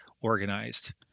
organized